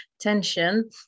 tension